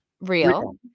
real